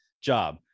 job